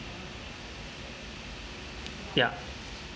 ya